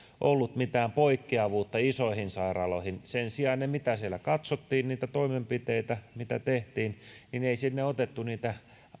ollut mitään poikkeavuutta isoihin sairaaloihin verrattuna sen sijaan kun siellä katsottiin niitä toimenpiteitä mitä tehtiin ei sinne otettu niitä